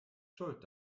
schuld